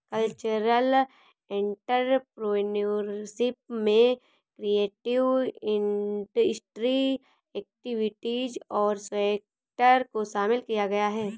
cultural entrepreneurship में creative industry activities और sector को शामिल किया गया है